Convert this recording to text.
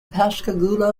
pascagoula